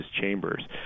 Chambers